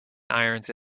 irons